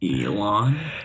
Elon